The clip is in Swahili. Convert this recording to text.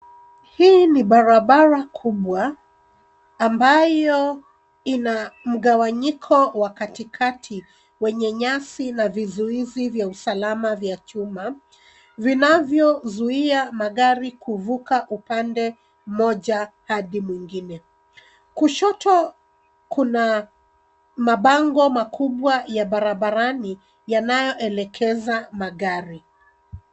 Hii ni barabara kubwa ambayo ina mgawanyiko wa katikati wenye nyasi na vizuizi vya usalama vya chuma, vinavyozuia magari kuvuka upande mmoja hadi mwingine. Kushoto, kuna mabango makubwa ya barabarani yanayoelekeza magari.